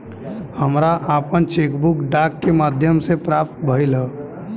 हमरा आपन cheque book डाक के माध्यम से प्राप्त भइल ह